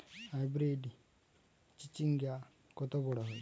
Hybrid চিচিংঙ্গা কত বড় হয়?